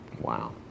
Wow